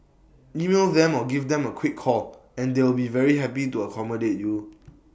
email them or give them A quick call and they will be very happy to accommodate you